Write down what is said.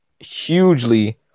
hugely